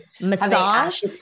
massage